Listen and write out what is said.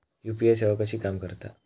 UPI सेवा कशी काम करता?